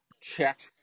check